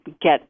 get